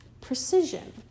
precision